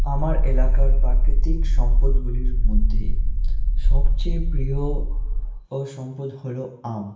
আমার এলাকার প্রাকৃতিক সম্পদগুলির মধ্যে সবচেয়ে প্রিয় ও সম্পদ হলো আম